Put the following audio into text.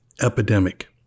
epidemic